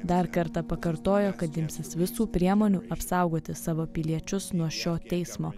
dar kartą pakartojo kad imsis visų priemonių apsaugoti savo piliečius nuo šio teismo